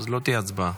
אז לא תהיה הצבעה.